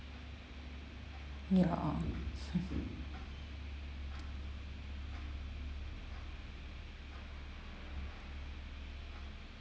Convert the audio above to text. ya